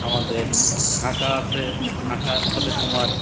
আমাদের ঝাঁকা আসে ঝাঁকার ফলে তোমার